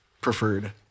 preferred